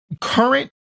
current